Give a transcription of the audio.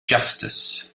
justice